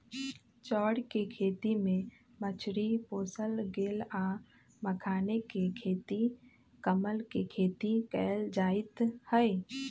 चौर कें खेती में मछरी पोशल गेल आ मखानाके खेती कमल के खेती कएल जाइत हइ